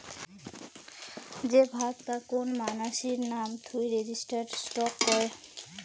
যে ভাগ তা কোন মানাসির নাম থুই রেজিস্টার্ড স্টক কয়